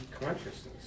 consciousness